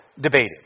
debated